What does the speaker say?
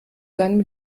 seinem